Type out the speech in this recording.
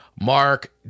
Mark